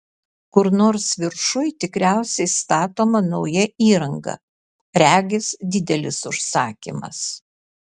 kur nors viršuj tikriausiai statoma nauja įranga regis didelis užsakymas